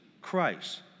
Christ